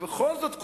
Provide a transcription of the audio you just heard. בכל זאת,